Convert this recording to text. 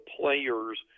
players